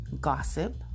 gossip